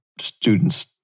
students